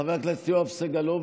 חבר הכנסת יואב סגלוביץ'